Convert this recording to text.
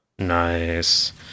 nice